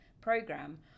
program